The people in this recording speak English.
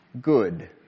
good